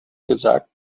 gesagt